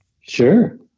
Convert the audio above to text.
Sure